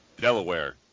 Delaware